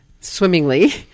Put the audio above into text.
swimmingly